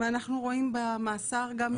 ואנחנו רואים במאסר גם הזדמנות.